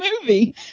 movie